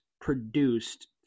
produced